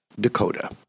Dakota